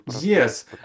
Yes